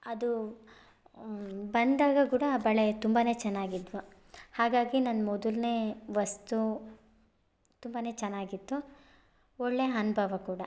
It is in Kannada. ಅದು ಬಂದಾಗ ಕೂಡ ಆ ಬಳೆ ತುಂಬಾ ಚೆನ್ನಾಗಿದ್ವು ಹಾಗಾಗಿ ನನ್ನ ಮೊದಲನೆ ವಸ್ತು ತುಂಬಾ ಚೆನ್ನಾಗಿತ್ತು ಒಳ್ಳೆ ಅನ್ಭವ ಕೂಡ